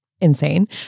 insane